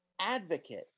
Advocate